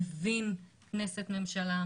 מבין כנסת-ממשלה,